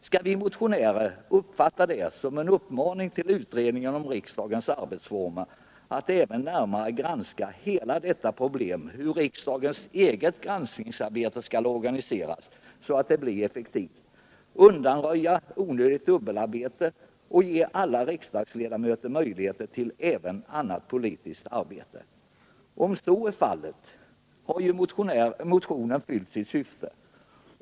Skall vi motionärer uppfatta det som en uppmaning till utredningen om riksdagens arbetsformer att även närmare granska hela problemet hur riksdagens eget granskningsarbete skall organiseras så att det blir effektivt, så att man undanröjer onödigt dubbelarbete och ger alla riksdagsledamöter möjlighet till även annat politiskt arbete? Om så är fallet har motionen fyllt sitt syfte.